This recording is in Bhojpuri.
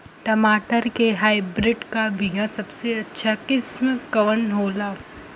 टमाटर के हाइब्रिड क बीया सबसे अच्छा किस्म कवन होला?